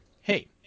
hey